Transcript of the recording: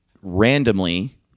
randomly